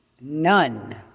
None